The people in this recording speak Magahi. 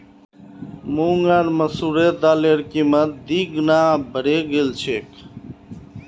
मूंग आर मसूरेर दालेर कीमत दी गुना बढ़े गेल छेक